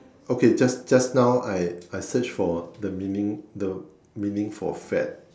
okay just just now I I search for the meaning the meaning for fad